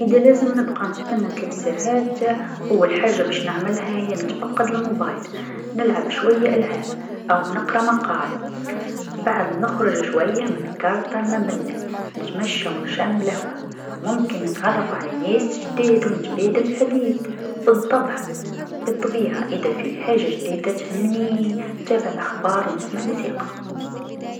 إذا لازم نبقى نستنى ثلاث ساعات أول حاجه باش نعملها هي نتفقد الموبايل نلعب شويا ألعاب أو نقرا مقال بعد نخرج شويا من الكارت الممله نتمشى و نشم الهوا ممكن نتعرف على ناس جداد و نتبادل الحديث و بالطبع- بالطبيعه اذا في حاجه جديده تهمني نتابع الأخبار و نسمع موسيقى.